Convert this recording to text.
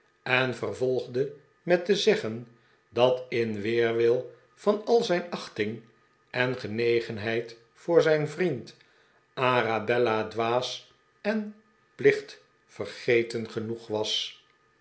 en vervolgde met te zeggen dat in weerwil van al zijn achting en genegenheid voor zijn vriend arabella dwaas en plichtvergeten genoeg was